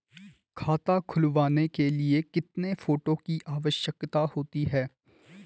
खाता खुलवाने के लिए कितने फोटो की आवश्यकता होती है?